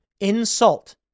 insult